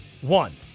One